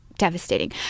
devastating